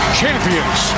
champions